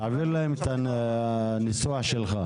תעביר להם את הנוסח שלך.